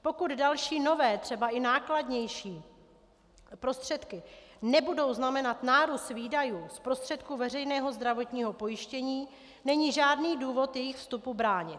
Pokud další, nové, třeba i nákladnější prostředky nebudou znamenat nárůst výdajů prostředků veřejného zdravotního pojištění, není žádný důvod jejich vstupu bránit.